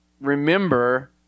remember